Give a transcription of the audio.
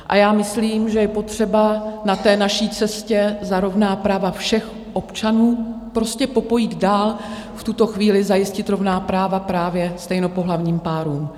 A já myslím, že je potřeba na té naší cestě za rovná práva všech občanů prostě popojít dál, v tuto chvíli zajistit rovná práva právě stejnopohlavním párům.